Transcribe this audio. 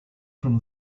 from